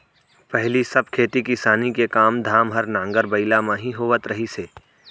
पहिली सब खेती किसानी के काम धाम हर नांगर बइला म ही होवत रहिस हे